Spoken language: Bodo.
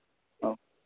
औ